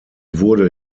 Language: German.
wurde